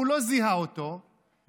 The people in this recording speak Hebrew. הוא לא זיהה אותו והתחכם,